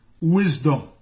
Wisdom